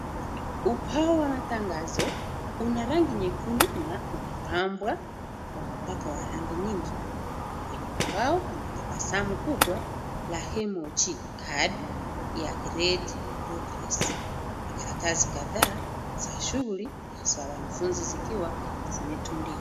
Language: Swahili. Upao wa tangazo, una rangi nyekundu, na umepambwa, kwa mpako wa rangi nyingi, kwenye upao kuna tabasamu kubwa, la (cs)hemoji, card(cs), ya (cs)great progress (cs), na karatasi kadhaa, za shuguli za wanafunzi zikiwa zimetundi.